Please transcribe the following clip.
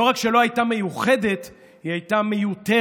לא רק שהיא לא הייתה מיוחדת, היא הייתה מיותרת,